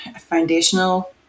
foundational